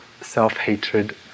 self-hatred